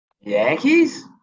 Yankees